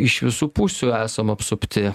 iš visų pusių esam apsupti